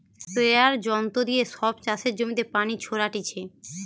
স্প্রেযাঁর যন্ত্র দিয়ে সব চাষের জমিতে পানি ছোরাটিছে